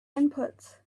inputs